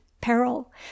peril